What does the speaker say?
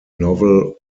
novel